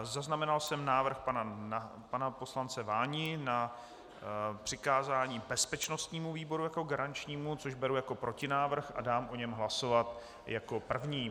Zaznamenal jsem návrh pana poslance Váni na přikázání bezpečnostnímu výboru jako garančnímu, což beru jako protinávrh a dám o něm hlasovat jako první.